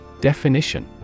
Definition